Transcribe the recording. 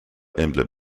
emblem